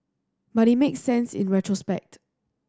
but it makes sense in retrospect